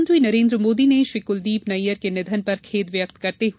प्रधानमंत्री नरेन्द्र मोदी ने श्री कुलदीप नैय्यर के निधन पर खेद व्यक्त किया है